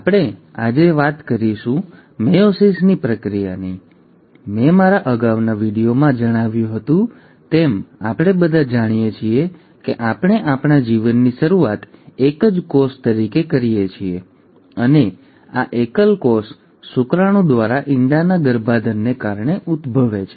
હવે આજે આપણે વાત કરીશું મેયોસિસની પ્રક્રિયાની અને મેં મારા અગાઉના વીડિયોમાં જણાવ્યું હતું તેમ આપણે બધા જાણીએ છીએ કે આપણે આપણા જીવનની શરૂઆત એક જ કોષ તરીકે કરીએ છીએ અને આ એકલ કોષ શુક્રાણુ દ્વારા ઇંડાના ગર્ભાધાનને કારણે ઉદભવે છે